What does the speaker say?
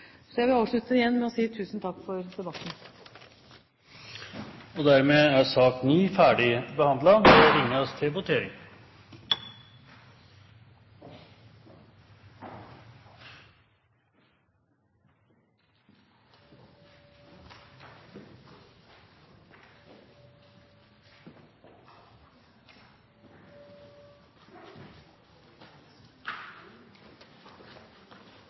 Så vil jeg avslutte med igjen å si tusen takk for debatten. Dermed er sak nr. 9 ferdigbehandlet. Da er Stortinget klart til å gå til votering.